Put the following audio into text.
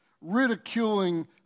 ridiculing